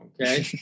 Okay